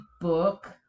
book